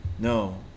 No